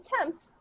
attempt